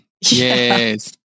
yes